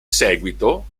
seguito